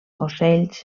ocells